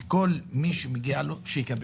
שכל מי שמגיע לו יקבל.